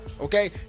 okay